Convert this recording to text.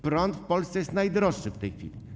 Prąd w Polsce jest najdroższy w tej chwili.